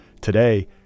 Today